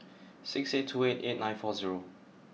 six eight two eight eight nine four zero